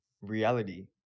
reality